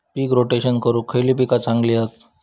पीक rotation करूक खयली पीका चांगली हत?